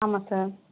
ஆமாம் சார்